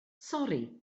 sori